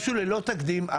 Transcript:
משהו ללא תקדים.